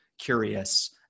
curious